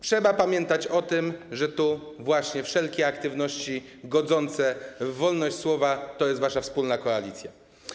Trzeba pamiętać o tym, że właśnie wszelkie aktywności godzące w wolność słowa to jest wasza wspólna koalicja.